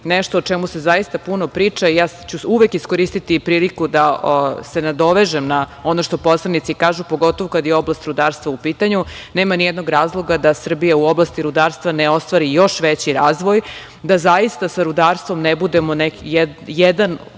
nešto o čemu se zaista puno priča. Ja ću uvek iskoristiti priliku da se nadovežem na ono što poslanici kažu, pogotovo kada je oblast rudarstva u pitanju. Nema nijednog razloga da Srbija u oblasti rudarstva ne ostvari još veći razvoj, da zaista sa rudarstvom ne budemo jedan